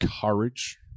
courage